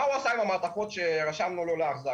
מה הוא עשה עם המעטפות שרשמנו לו להחזרה?